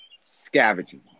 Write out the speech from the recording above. scavenging